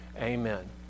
Amen